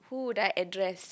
who would I address